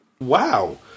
Wow